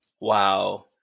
Wow